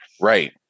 Right